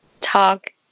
talk